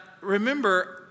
remember